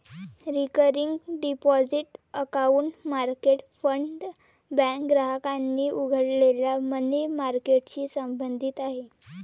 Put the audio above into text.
recurring deposit account market fund bank ग्राहकांनी उघडलेल्या money मार्केटशी संबंधित आहे